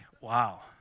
wow